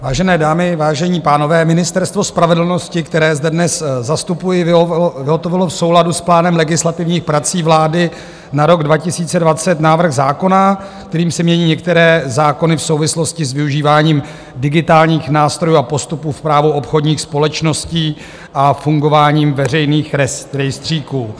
Vážené dámy, vážení pánové Ministerstvo spravedlnosti, které zde dnes zastupuji, vyhotovilo v souladu s plánem legislativních prací vlády na rok 2020 návrh zákona, kterým se mění některé zákony v souvislosti s využíváním digitálních nástrojů a postupů v právu obchodních společností a fungováním veřejných rejstříků.